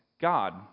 God